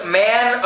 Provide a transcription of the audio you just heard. man